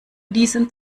diesen